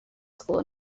school